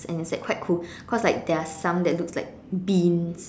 and it's like quite cool cause like there are some that looks like beans